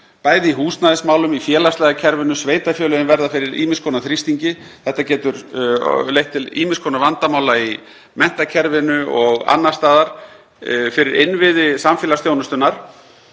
bæði í húsnæðismálum, í félagslega kerfinu, sveitarfélögin verða fyrir ýmiss konar þrýstingi, þetta getur leitt til ýmiss konar vandamála í menntakerfinu og annars staðar, fyrir innviði samfélagsþjónustunnar.